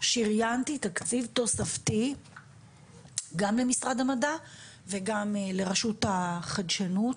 שריינתי תקציב תוספתי גם למשרד המדע וגם לרשות לחדשנות